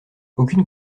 aucune